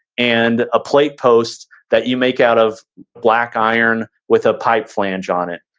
and a plate post that you make out of black iron with a pipe flange on it.